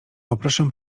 poproszę